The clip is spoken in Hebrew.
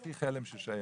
הכי כלם שיש.